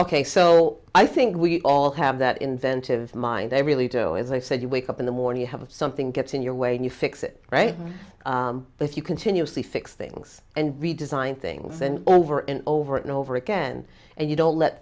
ok so i think we all have that inventive mind i really do as i said you wake up in the morning you have something gets in your way and you fix it right if you continuously fix things and redesign things and over and over and over again and you don't let